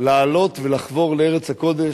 לעלות ולחבור לארץ הקודש,